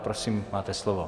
Prosím, máte slovo.